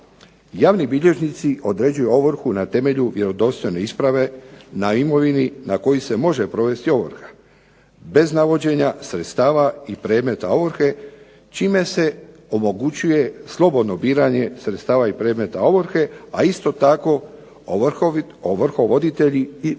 Javni bilježnici određuju ovrhu na temelju vjerodostojne isprave na imovini na kojoj se može provesti ovrha. Bez navođenja sredstava i predmeta ovrhe čime se omogućuje slobodno biranje sredstava i predmeta ovrhe, a isto tako ovrhovoditelji imaju